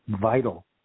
vital